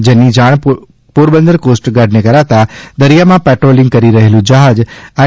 જેની જાણ પોરબંદર કોસ્ટગાર્ડને કરાતાં દરિથામાં પેટ્રોલિંગ કરી રહેલું જહાજ આઇ